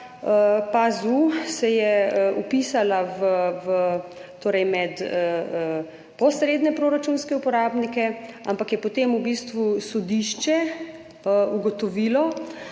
Potem se je PAZU vpisal med posredne proračunske uporabnike, ampak je potem v bistvu sodišče ugotovilo,